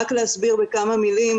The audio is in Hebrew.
רק להסביר בכמה מילים,